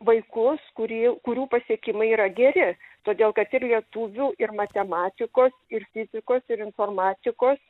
vaikus kurių kurių pasiekimai yra geri todėl kad ir lietuvių ir matematikos ir fizikos ir informatikos